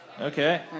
Okay